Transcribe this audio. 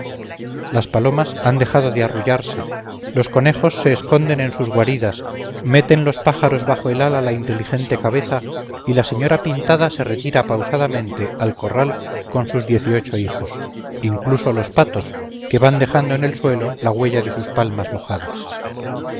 las palomas han dejado de arrullarse los conejos se esconden en sus guaridas meten los pájaros bajo el ala la inteligente cabeza y la señora pintada se retira pausadamente al corral con sus diez y ocho hijos incluso los patos que van dejando en el suelo la huella de sus palmas mojadas